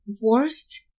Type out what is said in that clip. worst